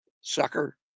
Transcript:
sucker